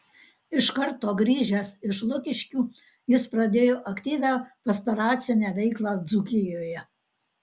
iš karto grįžęs iš lukiškių jis pradėjo aktyvią pastoracinę veiklą dzūkijoje